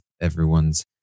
everyone's